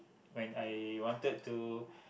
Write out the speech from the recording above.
when I wanted to